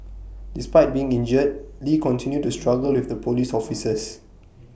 despite being injured lee continued to struggle with the Police officers